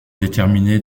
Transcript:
déterminé